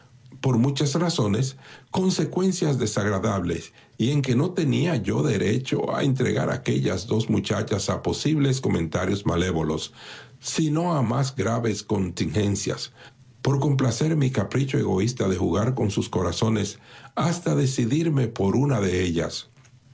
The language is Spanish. por muchas razones consecuencias desagradables y en que no tenía yo derecho a entregar a aquellas dos muchachas a posibles comentarios malévolos si no a más graves contingencias por complacer mi capricho egoísta d jugar con sus corazones hasta decidirme por un de ellas